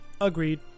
Agreed